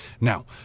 Now